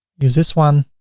use this one.